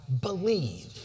Believe